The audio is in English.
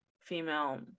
female